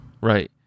Right